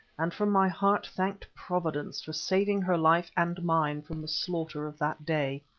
and from my heart thanked providence for saving her life and mine from the slaughter of that day.